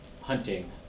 hunting